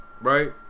right